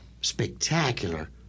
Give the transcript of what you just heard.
spectacular